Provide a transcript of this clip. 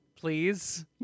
please